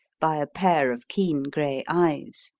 by a pair of keen grey eyes.